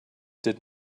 did